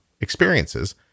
experiences